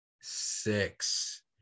six